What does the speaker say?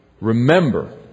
Remember